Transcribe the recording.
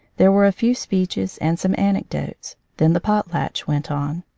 there were a few speeches and some anecdotes. then the potlatch went on.